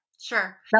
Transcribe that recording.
Sure